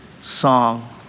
song